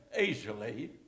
easily